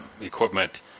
equipment